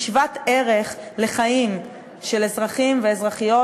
היא שוות-ערך לחיים של אזרחים ואזרחיות,